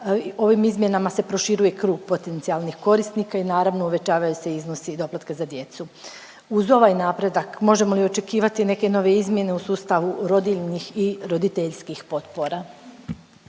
Ovim izmjenama se proširuje krug potencijalnih korisnika i naravno uvećavaju se iznosi doplatka za djecu. Uz ovaj napredak možemo i očekivati neke nove izmjene u sustavu rodiljnih i roditeljskih potpora.